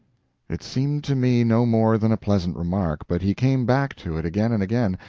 it seemed to me no more than a pleasant remark, but he came back to it again and again,